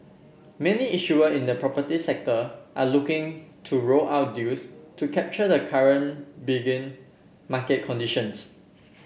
many issuer in the property sector are looking to roll out deals to capture the current benign market conditions